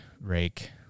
rake